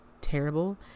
terrible